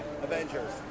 Avengers